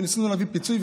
וניסינו להביא פיצוי,